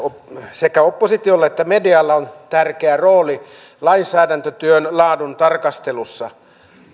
sekä oppositiolla että medialla on tärkeä rooli lainsäädäntötyön laadun tarkastelussa